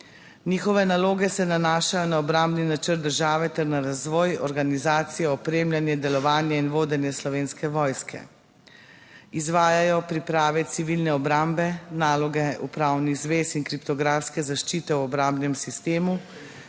Njihove naloge se nanašajo na obrambni načrt države ter na razvoj, organizacijo, opremljanje, delovanje in vodenje Slovenske vojske. Izvajajo priprave civilne obrambe, naloge upravnih zvez in kriptografske zaščite v obrambnem sistemu,